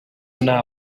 nta